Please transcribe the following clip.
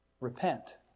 repent